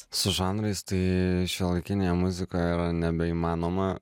su žanrais tai šiuolaikinėje muzikoje nebeįmanoma